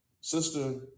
Sister